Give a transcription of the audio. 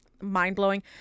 mind-blowing